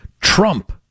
Trump